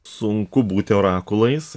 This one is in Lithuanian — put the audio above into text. sunku būti orakulais